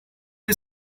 you